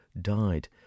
died